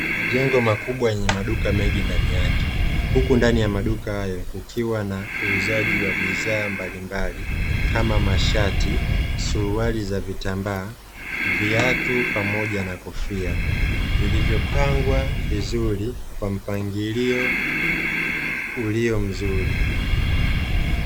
Majengo makubwa yenye maduka mengi ndani yake, huku ndani ya maduka hayo kukiwa na uuzaji wa bidhaa mbalimbali kama: mashati, suruali za vitambaa, viatu pamoja na kofia; vilivyopangwa vizuri kwa mpangilio ulio mzuri.